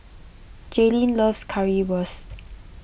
Jalynn loves Currywurst